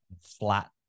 flat